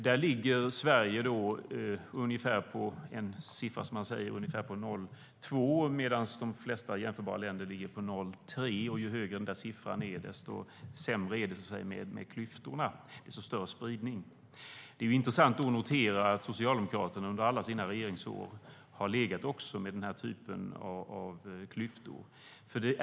Där ligger Sverige på en siffra omkring 0,2 medan de flesta jämförbara länder ligger på 0,3. Ju högre siffran är, desto sämre är det med klyftorna och desto större blir spridningen. Det är intressant att notera att Socialdemokraterna under alla regeringsår har legat fast vid den typen av klyftor.